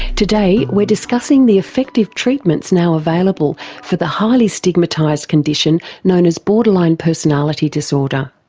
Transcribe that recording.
today we're discussing the effective treatments now available for the highly stigmatised condition known as borderline personality disorder.